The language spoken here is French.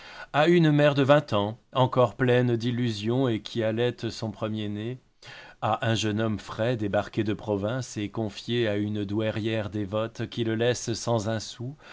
à une mère de vingt ans encore pleine d'illusions et qui allaite son premier-né à un jeune homme frais débarqué de province et confié à une douairière dévote qui le laisse sans un sou